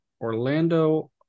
Orlando